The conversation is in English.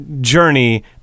Journey